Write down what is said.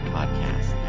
Podcast